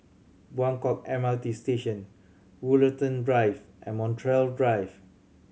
Buangkok M R T Station Woollerton Drive and Montreal Drive